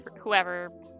whoever